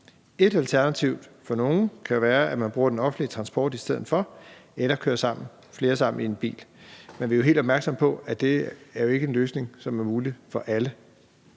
Et alternativ for nogle kan være, at man bruger den offentlige transport i stedet for eller kører flere sammen i en bil, men vi er jo helt opmærksom på, at det ikke er en løsning, som er mulig for alle.